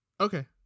Okay